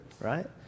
right